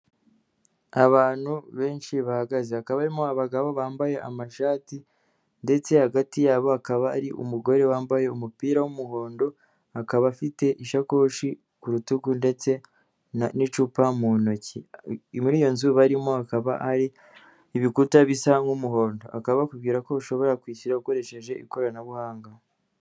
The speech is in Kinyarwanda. Abantu benshi bahagaze, bakabamo abagabo bambaye amashati, ndetse hagati yabo akaba hari umugore wambaye umupira w'umuhondo; akaba afite ishakoshi ku rutugu ndetse n'icupa mu ntoki. Muri iyo nzu barimo hakaba hari ibikuta bisa nk'umuhondo, bakaba bakubwira ko ushobora kwishyura ukoresheje ikoranabuhanga.